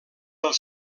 del